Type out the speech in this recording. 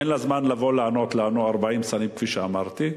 אין לה זמן לבוא לענות לנו, 40 שרים, כפי שאמרתי,